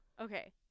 okay